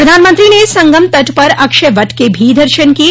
प्रधानमंत्री ने संगम तट पर अक्षय वट के भी दर्शन किये